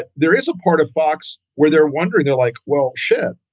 ah there is a part of fox where they're wondering. they're like, well, shit.